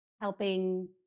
helping